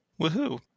Woohoo